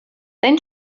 then